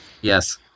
Yes